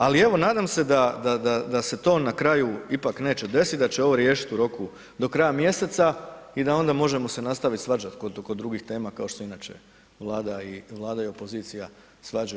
Ali evo nadam se da se to na kraju ipak neće desit, da će ovo riješit u roku do kraja mjeseca i da onda možemo se nastaviti svađat kod drugih tema kao što se inače Vlada i opozicija svađaju.